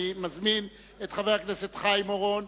אני מזמין את חבר הכנסת חיים אורון,